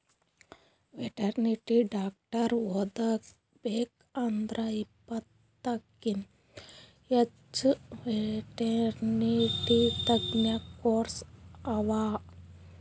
veterinary doctor ಓದಬೇಕ್ ಅಂದ್ರ ಇಪ್ಪತ್ತಕ್ಕಿಂತ್ ಹೆಚ್ಚ್ ವೆಟೆರ್ನಿಟಿ ತಜ್ಞ ಕೋರ್ಸ್ ಅವಾ